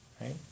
right